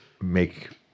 make